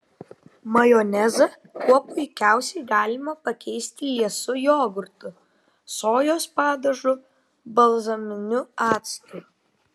majonezą kuo puikiausiai galima pakeisti liesu jogurtu sojos padažu balzaminiu actu